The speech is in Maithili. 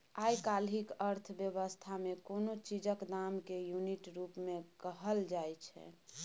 आइ काल्हिक अर्थ बेबस्था मे कोनो चीजक दाम केँ युनिट रुप मे कहल जाइ छै